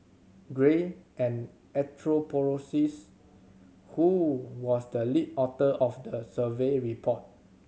gray an anthropologist who was the lead author of the survey report